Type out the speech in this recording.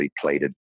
plated